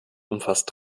umfasst